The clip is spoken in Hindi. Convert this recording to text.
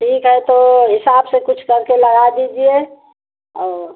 ठीक है तो हिसाब से कुछ करके लगा दीजिए और